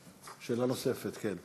איסוף נוסעים לחניוני הרכב